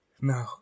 No